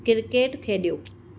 क्रिकेटु खेॾियो